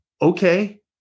Okay